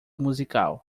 musical